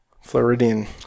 Floridian